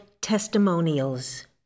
Testimonials